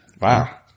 Wow